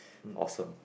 awesome